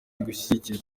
gushyigikira